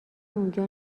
اونجا